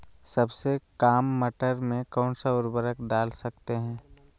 सबसे काम मटर में कौन सा ऊर्वरक दल सकते हैं?